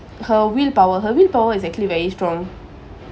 her willpower her willpower is actually very strong